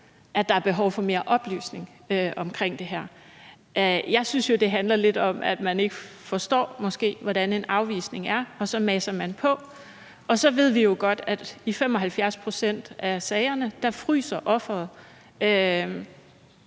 at der er behov for mere oplysning omkring det her. Jeg synes jo, at det handler lidt om, at man måske ikke forstår, hvordan en afvisning er, og så maser man på. Og så ved vi jo godt, at i 75 pct. af sagerne fryser offeret